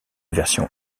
version